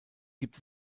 gibt